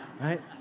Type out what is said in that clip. right